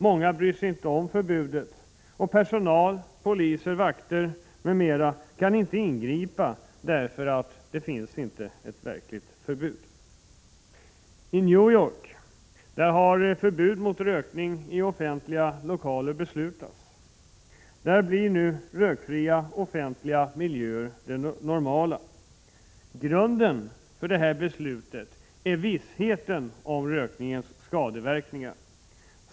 Många bryr sig inte om förbudet, och personal, poliser och vakter kan inte ingripa, därför att inget verkligt förbud finns. I New York har nyligen förbud mot rökning i offentliga lokaler beslutats. Där blir nu rökfria offentliga miljöer det normala. Grunden för detta beslut är vissheten om rökningens skadeverkningar.